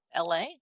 LA